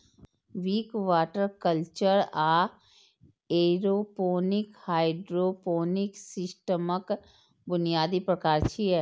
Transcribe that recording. Wick, water culture आ aeroponic hydroponic सिस्टमक बुनियादी प्रकार छियै